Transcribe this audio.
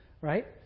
right